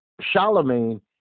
Charlemagne